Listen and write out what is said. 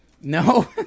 no